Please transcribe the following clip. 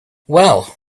well